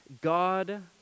God